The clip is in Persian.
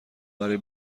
برای